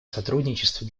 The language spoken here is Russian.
сотрудничестве